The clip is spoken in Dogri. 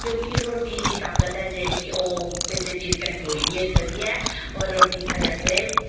क्योंकि रुट्टी दी ताकत ऐ जेह्ड़ी ओह् किसे चीज कन्नै पूरी निं होई सकदी ऐ और रुट्टी साढ़े आस्तै